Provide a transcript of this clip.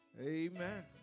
Amen